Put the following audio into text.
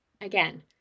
Again